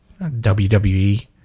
WWE